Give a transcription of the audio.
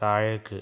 താഴേക്ക്